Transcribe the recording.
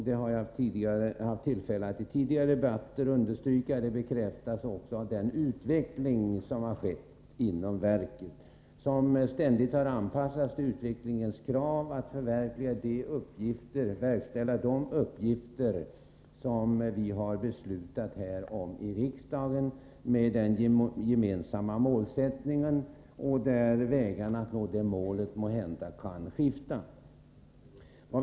Jag har i tidigare debatter haft tillfälle att understryka den saken och det bekräftas också av den utveckling som har skett inom verket. Verket har ständigt anpassats till utvecklingens krav och försökt att verkställa vad som har beslutats i riksdagen. Vi har haft en gemensam målsättning, men vägarna och medlen dit har måhända skiftat.